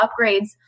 upgrades